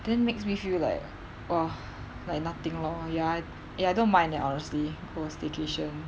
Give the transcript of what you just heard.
then makes me feel like !wah! like nothing lor ya eh I don't mind eh honestly go staycation